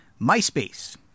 myspace